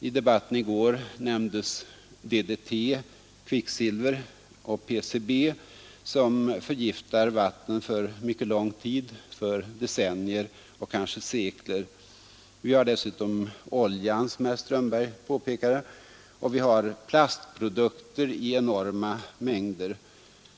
I debatten i går nämndes DDT, kvicksilver och PCB som förgiftar vattnen för mycket lång tid, för decennier och kanske sekler. Vi har dessutom oljan, som herr Strömberg påpekade, och vi har plastprodukter i enorma mängder.